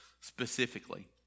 specifically